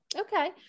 Okay